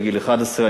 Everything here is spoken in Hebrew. בגיל 11,